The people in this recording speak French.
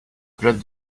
club